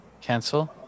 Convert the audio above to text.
cancel